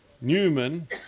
Newman